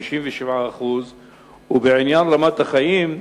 57%. ובעניין רמת החיים,